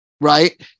Right